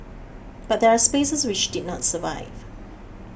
but there are spaces which did not survive